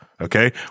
okay